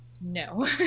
No